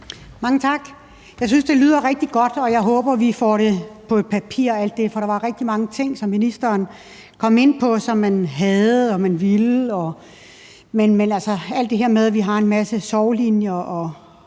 Mange tak. Jeg synes, det lyder rigtig godt, og jeg håber, at vi får det alt sammen på papir, for der var rigtig mange ting, ministeren kom ind på man havde og ville. Men alt det her med, at vi har en masse sorglinjer og